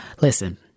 listen